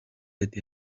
ati